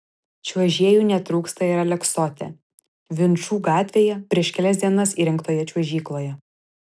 čiuožėjų netrūksta ir aleksote vinčų gatvėje prieš kelias dienas įrengtoje čiuožykloje